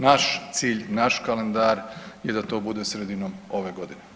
Naš cilj, naš kalendar je da to bude sredinom ove godine.